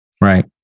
Right